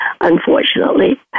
unfortunately